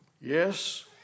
Yes